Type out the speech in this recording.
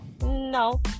no